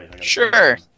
Sure